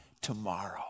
tomorrow